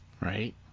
Right